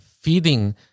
feeding